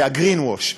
ה-Greenwash.